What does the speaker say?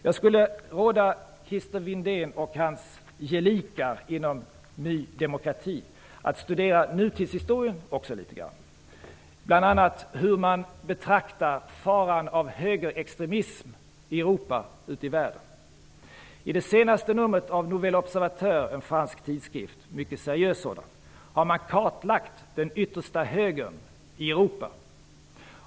Jag skulle råda Christer Windén och hans gelikar inom Ny demokrati att också studera nutidshistorien, bl.a. hur man ute i världen betraktar faran med högerextremismen i Europa. I det senaste numret av Le Nouvel observateur, en fransk mycket seriös tidskrift, har man kartlagt den yttersta högern i Europa.